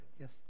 Yes